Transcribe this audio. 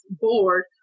board